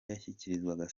yashyikirizwaga